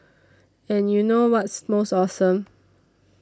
and you know what's most awesome